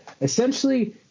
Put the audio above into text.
essentially